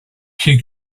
she